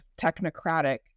technocratic